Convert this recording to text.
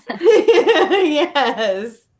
Yes